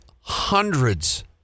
hundreds